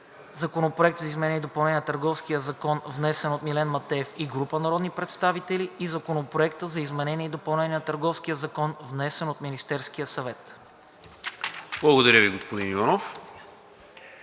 Законопроект за изменение и допълнение на Търговския закон, внесен от Милен Матеев и група народни представители; и Законопроект за изменение и допълнение на Търговския закон, внесен от Министерския съвет.“ ПРЕДСЕДАТЕЛ НИКОЛА